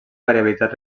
variabilitat